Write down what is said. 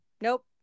nope